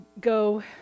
go